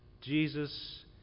Jesus